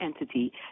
entity